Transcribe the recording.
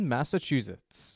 Massachusetts